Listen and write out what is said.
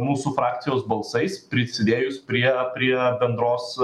mūsų frakcijos balsais prisidėjus prie prie bendros